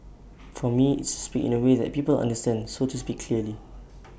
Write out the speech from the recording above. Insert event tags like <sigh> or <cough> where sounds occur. for me it's to speak in A way that people understand so to speak clearly <noise>